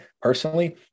personally